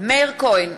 מאיר כהן,